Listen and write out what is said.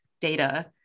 data